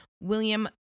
William